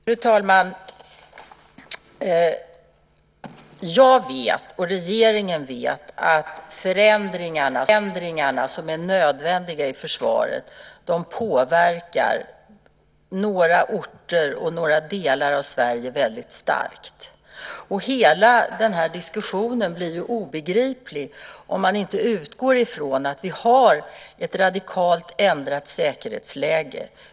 Fru talman! Både jag och regeringen vet att förändringarna, som är nödvändiga i försvaret, påverkar några orter och några delar av Sverige väldigt starkt. Hela den här diskussionen blir obegriplig om man inte utgår från att vi har ett radikalt ändrat säkerhetsläge.